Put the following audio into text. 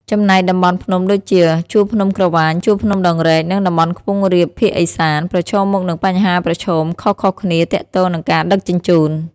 ចំណែកតំបន់ភ្នំដូចជា ជួរភ្នំក្រវាញ ជួរភ្នំដងរែក និងតំបន់ខ្ពង់រាបភាគឦសាន ប្រឈមមុខនឹងបញ្ហាប្រឈមខុសៗគ្នាទាក់ទងនឹងការដឹកជញ្ជូន។